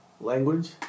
language